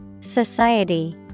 Society